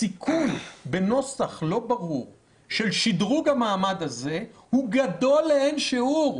הסיכוי בנוסח לא ברור של שדרוג המעמד הזה הוא גדול לאין שיעור,